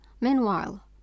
Meanwhile